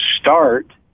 start